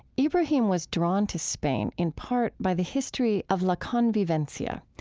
ibrahim was drawn to spain in part by the history of laconvivencia,